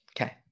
Okay